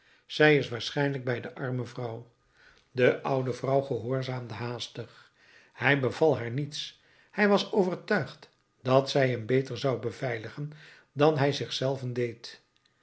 zij is waarschijnlijk bij de arme vrouw de oude vrouw gehoorzaamde haastig hij beval haar niets hij was overtuigd dat zij hem beter zou beveiligen dan hij zich zelven deed